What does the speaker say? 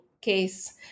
case